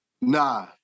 Nah